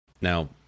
Now